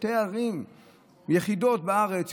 שתי ערים יחידות בארץ,